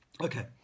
Okay